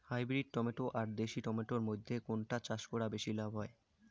Hybrid tomato আর দেশি tomato এর মইধ্যে কোনটা চাষ করা বেশি লাভ হয়?